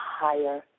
higher